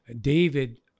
David